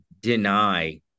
deny